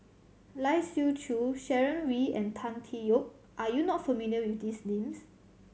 Lai Siu Chiu Sharon Wee and Tan Tee Yoke are you not familiar with these names